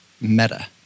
meta